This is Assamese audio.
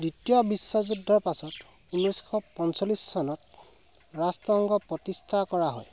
দ্বিতীয় বিশ্বযুদ্ধৰ পাছত ঊনৈছশ পঞ্চল্লিছ চনত ৰাষ্ট্ৰংঘ প্ৰতিষ্ঠা কৰা হয়